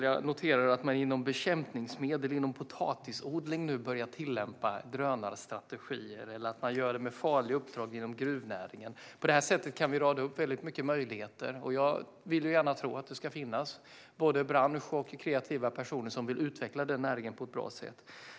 Jag noterar att man när det gäller bekämpningsmedel och potatisodling nu börjar tillämpa drönarstrategier och att man gör det med farliga uppdrag inom gruvnäringen. På det här sättet kan vi rada upp många möjligheter. Jag vill gärna tro att det ska finnas både en bransch och kreativa personer som ska utveckla den här näringen på ett bra sätt.